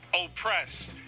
oppressed